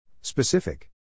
Specific